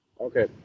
Okay